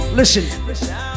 Listen